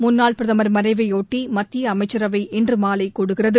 முன்னாள் பிரதமர் மறைவையொட்டி மத்திய அமைச்சரவை இன்று மாலை கூடுகிறது